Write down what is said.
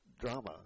drama